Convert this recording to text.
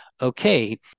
okay